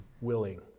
willing